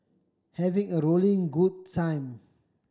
having a rolling good time